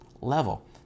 level